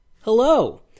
Hello